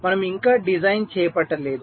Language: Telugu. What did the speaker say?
మనము ఇంకా డిజైన్ చేపట్టలేదు